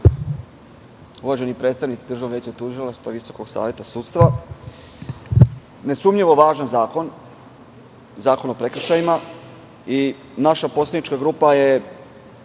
Uvaženi predstavnici Državnog veća tužilaca i Visokog saveta sudstva, ne sumnjivo važan zakon – Zakon o prekršajima i naša poslanička grupa je